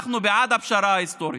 אנחנו בעד הפשרה ההיסטורית,